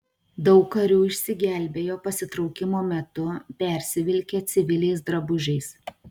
daug karių išsigelbėjo pasitraukimo metu persivilkę civiliais drabužiais